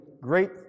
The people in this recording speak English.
great